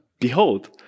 Behold